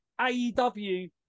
AEW